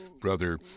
brother